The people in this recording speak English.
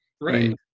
right